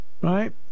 right